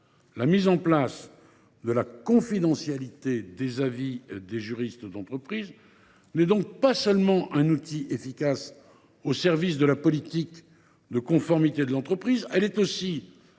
du bénéfice de la confidentialité aux avis des juristes d’entreprise est donc non seulement un outil efficace au service de la politique de conformité de l’entreprise, mais aussi